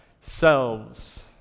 selves